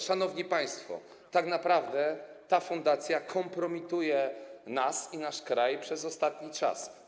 Szanowni państwo, tak naprawdę ta fundacja kompromituje nas i nasz kraj przez ostatni czas.